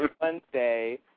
Wednesday